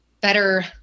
better